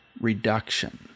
reduction